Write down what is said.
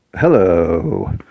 Hello